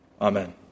Amen